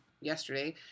yesterday